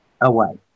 Away